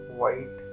white